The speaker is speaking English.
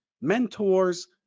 mentors